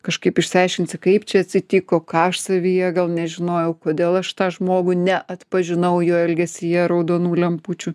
kažkaip išsiaiškinsi kaip čia atsitiko ką aš savyje gal nežinojau kodėl aš tą žmogų neatpažinau jo elgesyje raudonų lempučių